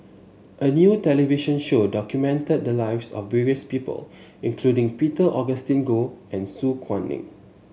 a new television show documented the lives of various people including Peter Augustine Goh and Su Guaning